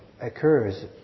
occurs